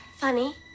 Funny